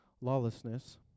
lawlessness